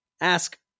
Ask